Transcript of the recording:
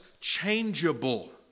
changeable